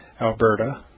Alberta